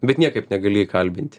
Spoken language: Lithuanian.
bet niekaip negali įkalbinti